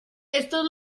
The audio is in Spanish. estos